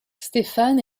stephan